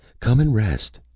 come and rest.